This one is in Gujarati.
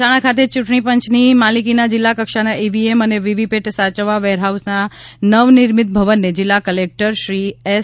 મહેસાણા ખાતે ચૂંટણી પંચની માલિકીના જિલ્લા કક્ષાના ઈવીએમ અને વીવીપેટ સાચવવા વેરહાઉસના નવનિર્મિત ભવનને જિલ્લા ક્લેક્ટર શ્રી એસ